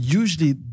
usually